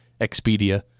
Expedia